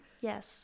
Yes